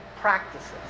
practices